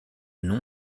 nom